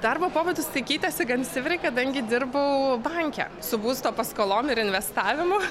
darbo pobūdis tai keitėsi gan stipriai kadangi dirbau banke su būsto paskolom ir investavimu